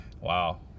wow